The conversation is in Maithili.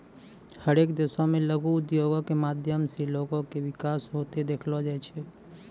हरेक देशो मे लघु उद्योगो के माध्यम से लोगो के विकास होते देखलो जाय छै